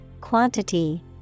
quantity